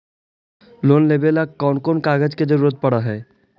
Loan लेबे ल कैन कौन कागज के जरुरत पड़ है?